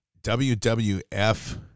WWF